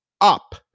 up